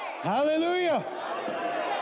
Hallelujah